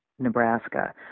nebraska